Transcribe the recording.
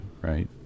right